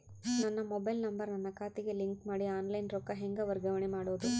ನನ್ನ mobile number ನನ್ನ ಖಾತೆಗೆ ಲಿಂಕ್ ಮಾಡಿ ಆನ್ಲೈನ್ ರೊಕ್ಕ ಹೆಂಗ ವರ್ಗಾವಣೆ ಮಾಡೋದು?